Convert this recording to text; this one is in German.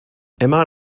emma